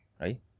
right